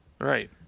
right